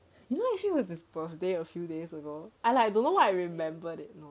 you know actually was his birthday a few days ago I like don't know why I remember that you know